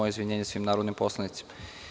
Moje izvinjenje svim narodnim poslanicima.